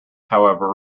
however